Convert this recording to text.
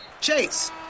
Chase